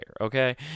okay